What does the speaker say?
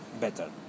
better